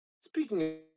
Speaking